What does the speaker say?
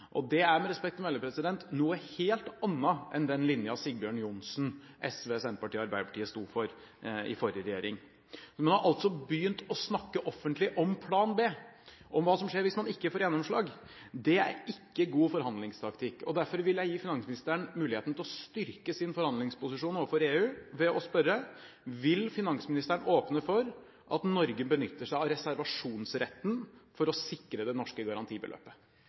Det er med respekt å melde noe helt annet enn den linjen Sigbjørn Johnsen, SV, Senterpartiet og Arbeiderpartiet sto for i forrige regjering. Man har altså begynt å snakke offentlig om plan B – om hva som skjer, hvis man ikke får gjennomslag. Det er ikke god forhandlingstaktikk, og derfor vil jeg gi finansministeren muligheten til å styrke sin forhandlingsposisjon overfor EU ved å spørre: Vil finansministeren åpne for at Norge benytter seg av reservasjonsretten for å sikre det norske garantibeløpet?